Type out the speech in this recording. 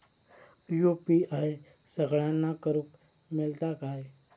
UPI सगळ्यांना करुक मेलता काय?